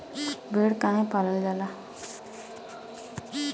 भेड़ काहे पालल जाला?